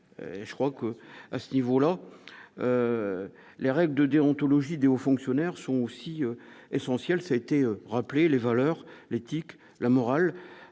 je crois que, à ce niveau-là, les règles de déontologie aux fonctionnaires sont aussi essentiels ça été rappelé les valeurs, l'éthique, la morale